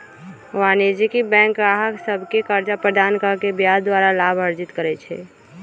वाणिज्यिक बैंक गाहक सभके कर्जा प्रदान कऽ के ब्याज द्वारा लाभ अर्जित करइ छइ